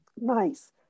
nice